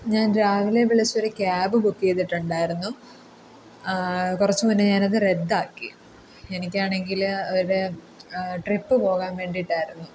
ഞാൻ രാവിലെ വിളിച്ച് ഒരു ക്യാബ് ബുക്ക് ചെയ്തിട്ടുണ്ടായിരുന്നു കുറച്ച് മുന്നേ ഞാൻ അത് റദ്ദാക്കി എനിക്ക് ആണെങ്കിൽ ഒരു ട്രിപ്പ് പോകാൻ വേണ്ടിയിട്ടായിരുന്നു